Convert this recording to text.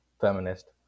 feminist